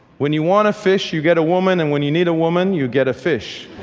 when you want a fish you get a woman and when you need a woman you get a fish.